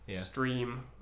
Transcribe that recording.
stream